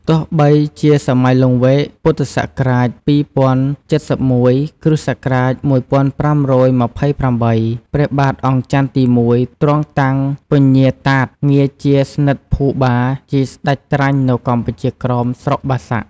ទោះបីជា សម័យលង្វែក ព.ស ២០៧១ គ.ស ១៥២៨ ព្រះបាទអង្គចន្ទទី១ ទ្រង់តាំងពញាតាតងារជាស្និទ្ធិភូបា ជាស្តេចក្រាញ់នៅកម្ពុជាក្រោម ស្រុក បាសាក់។